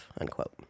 unquote